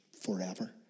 forever